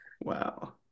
wow